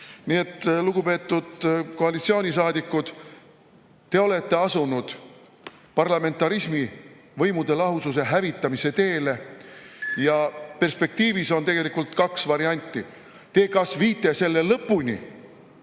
Nii et, lugupeetud koalitsioonisaadikud, te olete asunud parlamentarismi, võimude lahususe hävitamise teele ja perspektiivis on tegelikult kaks varianti: te kas viite selle lõpuni